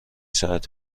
ساعت